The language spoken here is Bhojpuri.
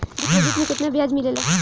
डिपॉजिट मे केतना बयाज मिलेला?